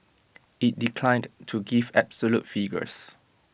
IT declined to give absolute figures